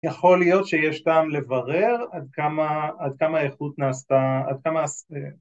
יכול להיות שיש טעם לברר עד כמה, עד כמה איכות נעשתה, עד כמה